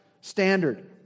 standard